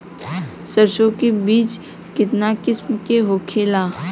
सरसो के बिज कितना किस्म के होखे ला?